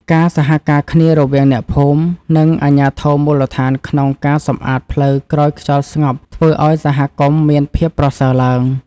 ការសហការគ្នារវាងអ្នកភូមិ និងអាជ្ញាធរមូលដ្ឋានក្នុងការសម្អាតផ្លូវក្រោយខ្យល់ស្ងប់ធ្វើឱ្យសហគមន៍មានភាពប្រសើរឡើង។